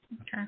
Okay